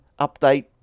update